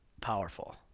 powerful